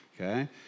okay